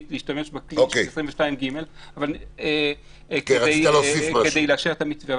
להשתמש בכלי של 22ג כדי לאשר את המתווה,